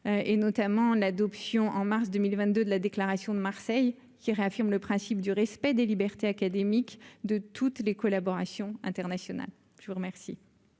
et notamment l'adoption, en mars 2022 de la déclaration de Marseille qui réaffirme le principe du respect des libertés académiques de toutes les collaborations internationales, je vous remercie.